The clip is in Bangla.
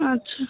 আচ্ছা